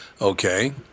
okay